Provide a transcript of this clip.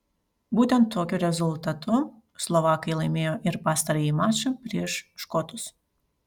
būtent tokiu rezultatu slovakai laimėjo ir pastarąjį mačą prieš škotus